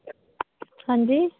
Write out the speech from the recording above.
हां जी